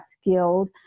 skilled